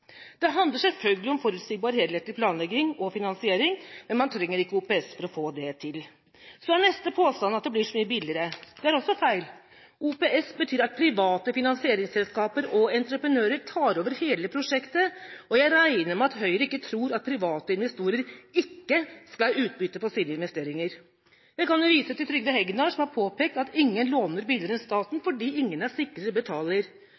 Det handler selvfølgelig om forutsigbar, helhetlig planlegging og finansiering, men man trenger ikke OPS for å få det til. Neste påstand er at det blir så mye billigere. Det er også feil. OPS betyr at private finansieringsselskaper og entreprenører tar over hele prosjektet, og jeg regner med at Høyre ikke tror at private investorer ikke skal ha utbytte på sine investeringer. Jeg kan jo vise til Trygve Hegnar, som har påpekt at ingen låner billigere enn staten, fordi ingen er sikrere betaler.